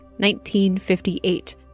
1958